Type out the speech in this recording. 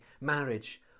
marriage